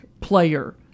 player